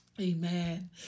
Amen